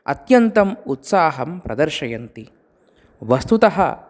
अत्यन्तम् उत्साहं प्रदर्शयन्ति वस्तुतः